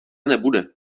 nebude